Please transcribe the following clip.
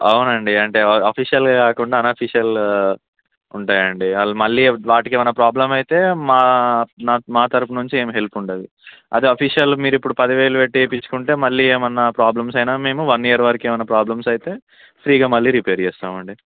అవునండి అంటే అఫీషియల్గా కాకుండా అనఫిషియల్ ఉంటాయండి వాళ్ళు మళ్ళీ వాటికి ఏమన్న ప్రాబ్లం అయితే మా నాకు మా తరపు నుంచి ఏమి హెల్ప్ ఉండదు అదే అఫీషియల్ మీరు ఇప్పుడు పది వేలు పెట్టి వేయించుకుంటే మళ్ళీ ఏమన్న ప్రాబ్లమ్స్ అయిన మేము వన్ ఇయర్ వరకు ఏమన్న ప్రాబ్లమ్స్ అయితే ఫ్రీగా మళ్ళీ రిపేర్ చేస్తామ అండి